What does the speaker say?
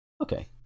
okay